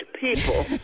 people